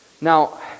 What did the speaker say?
Now